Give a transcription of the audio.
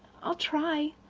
i'll try.